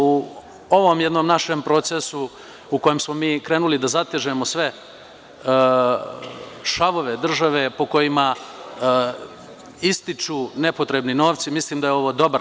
U ovom jednom našem procesu u kojem smo mi krenuli da zatežemo sve šavove države, a po kojima ističu nepotrebni novci, mislim da je ovo dobar.